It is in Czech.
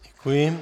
Děkuji.